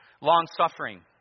Long-suffering